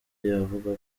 avuga